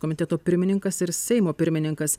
komiteto pirmininkas ir seimo pirmininkas